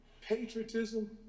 patriotism